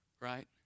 right